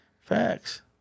Facts